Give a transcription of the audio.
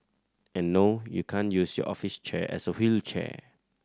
and no you can't use your office chair as a wheelchair